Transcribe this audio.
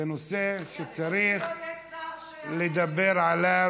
זה נושא שצריך לדבר עליו,